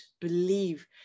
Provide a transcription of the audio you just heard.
believe